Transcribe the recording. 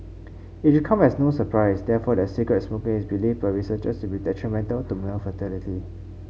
it should come as no surprise therefore that cigarette smoking is believed by researchers to be detrimental to male fertility